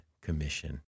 commission